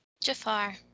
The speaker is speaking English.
Jafar